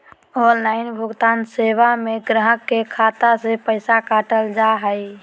online भुगतान सेवा में गाहक के खाता से पैसा काटल जा हइ